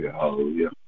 hallelujah